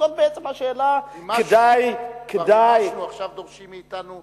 זאת בעצם השאלה, מה שעכשיו דורשים מאתנו,